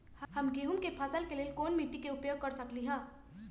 हम गेंहू के फसल के लेल कोन मिट्टी के उपयोग कर सकली ह?